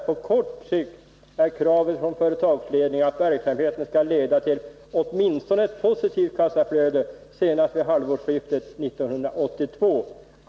— ”På kort sikt är kravet från företagsledningen att verksamheten skall leda till åtminstone ett positivt kassaflöde senast vid halvårsskiftet 1982.